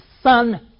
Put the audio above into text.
son